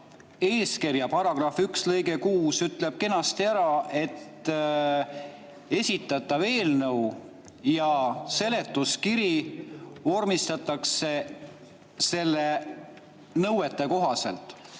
eeskirja § 1 lõige 6 ütleb kenasti ära, et esitatav eelnõu ja seletuskiri vormistatakse eeskirja nõuete kohaselt.